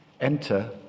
enter